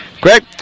Greg